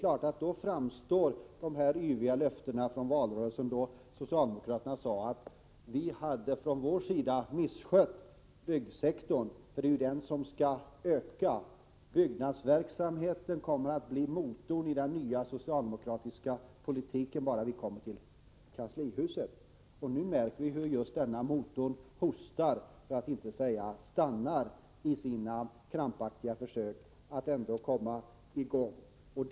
Under valrörelsen sade socialdemokraterna att vi från vår sida hade misskött byggsektorn och avgav själva yviga löften om att byggnadsverksamheten skulle komma att bli ”motorn” i den nya socialdemokratiska politiken bara socialdemokraterna kom till kanslihuset. Nu märker vi hur denna ”motor” hostar, för att inte säga stannar, i sina krampaktiga försök att komma i gång.